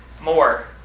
more